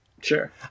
Sure